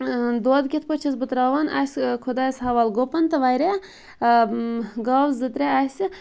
دۄد کِتھ پٲٹھۍ چھَس بہٕ تراوان اَسہِ خۄدایَس حَوالہ گُپَن تہٕ واریاہ گاو زٕ ترٛےٚ اَسہِ